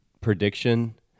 prediction